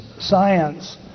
science